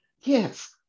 Yes